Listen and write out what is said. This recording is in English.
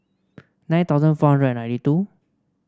nine thousand four hundred ninety two